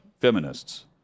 feminists